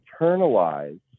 internalize